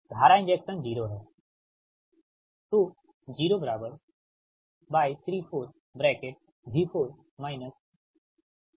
धारा इंजेक्शन 0 है ठीक है